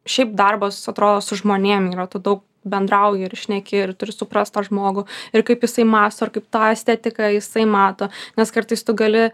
šiaip darbas atrodo su žmonėm yra tu daug bendrauji ir šneki ir turi suprast tą žmogų ir kaip jisai mąsto ir kaip tą estetiką jisai mato nes kartais tu gali